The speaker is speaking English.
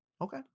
Okay